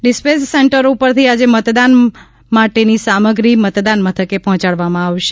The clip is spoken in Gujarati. ડિસ્પેચ સેન્ટરો ઉપરથી આજે તમામ મતદાન માટેની સામગ્રી મતદાન મથકે પહોંચાડવામાં આવશે